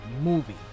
movie